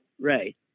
Right